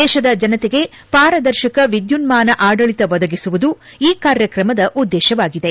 ದೇಶದ ಜನತೆಗೆ ಪಾರದರ್ಶನ ವಿದ್ಯುನ್ಮಾನ ಆಡಳಿತ ಒದಗಿಸುವುದು ಈ ಕಾರ್ಯಕ್ರಮದ ಉದ್ದೇಶವಾಗಿದೆ